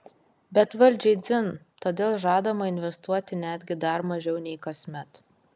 bet valdžiai dzin todėl žadama investuoti netgi dar mažiau nei kasmet